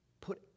put